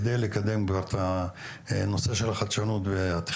על מנת לקדם כבר את הנושא של החדשנות והטכנולוגיה,